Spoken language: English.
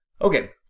okay